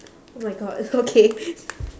oh my god okay